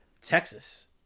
Texas